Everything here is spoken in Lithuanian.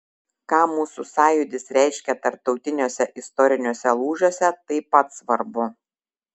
ką mūsų sąjūdis reiškė tarptautiniuose istoriniuose lūžiuose taip pat svarbu